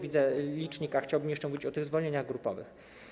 Widzę licznik, a chciałbym jeszcze mówić o zwolnieniach grupowych.